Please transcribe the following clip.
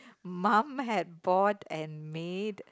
mum had bought and made